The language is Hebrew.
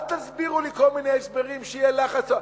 אל תסבירו לי כל מיני הסברים שיהיה לחץ.